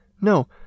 no